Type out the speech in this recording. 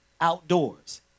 outdoors